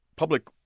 Public